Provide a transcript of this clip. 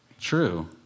true